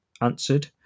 answered